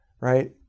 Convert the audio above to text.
right